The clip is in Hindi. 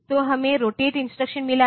तो हमें रोटेट इंस्ट्रक्शन मिला है